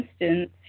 instance